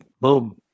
boom